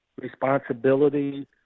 responsibility